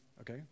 okay